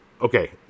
Okay